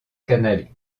canale